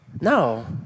No